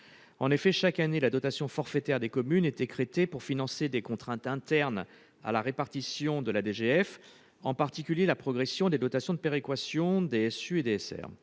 En effet, chaque année, la dotation forfaitaire des communes est écrêtée pour financer des « contraintes internes » à la répartition de la DGF, en particulier la progression des dotations de péréquation- DSU et DSR.